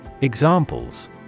Examples